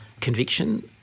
conviction